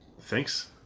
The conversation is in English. thanks